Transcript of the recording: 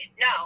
No